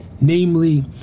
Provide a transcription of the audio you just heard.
namely